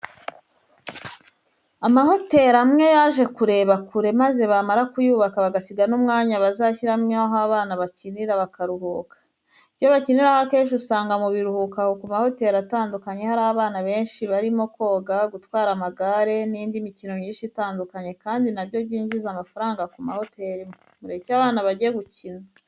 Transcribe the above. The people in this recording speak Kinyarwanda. Amahoteri amwe yaje kureba kure maze bamara kuyubaka bagasiga n'umwanya bazashyiramo aho bana bakinira bakahubaka. Ibyo bakiniraho akenshi usanga mu biruhuko aho ku mahoteri atandukanye hari abana benshi barimo koga, gutwara amagare nindi mikino myinshi itandukanye, kandi na byo byinjiza amafaranga ku mahoteri, mureke abana bagegukina.